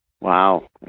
Wow